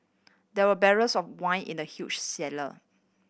there were barrels of wine in the huge cellar